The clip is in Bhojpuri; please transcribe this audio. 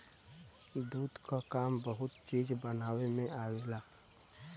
दूध क काम बहुत चीज बनावे में आवेला